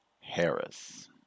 Harris